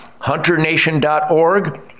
HunterNation.org